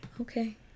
Okay